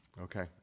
Okay